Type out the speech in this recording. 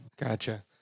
Gotcha